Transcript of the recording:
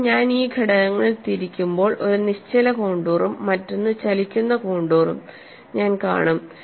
ഒപ്പം ഞാൻ ഈ ഘടകങ്ങൾ തിരിക്കുമ്പോൾ ഒരു നിശ്ചല കോൺടൂറും മറ്റൊന്ന് ചലിക്കുന്ന കോണ്ടൂറും ഞാൻ കാണും